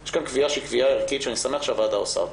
יש כאן קביעה שהיא קביעה ערכית שאני שמח שהוועדה עושה אותה,